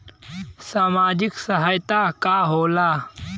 सामाजिक सहायता का होला?